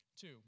Two